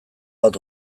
bat